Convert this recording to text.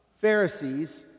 Pharisees